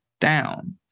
down